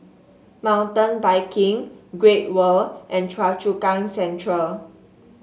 Mountain Biking Great World and Choa Chu Kang Central